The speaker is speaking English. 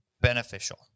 beneficial